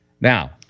Now